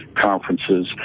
conferences